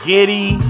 Giddy